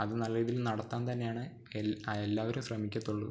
അത് നല്ല രീതിയിൽ നടത്താൻ തന്നെയാണ് എല്ലാവരും ശ്രമിക്കുള്ളൂ